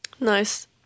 Nice